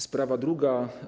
Sprawa druga.